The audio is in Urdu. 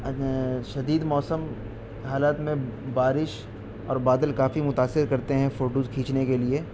شدید موسم حالات میں بارش اور بادل کافی متاثر کرتے ہیں فوٹوز کھینچنے کے لیے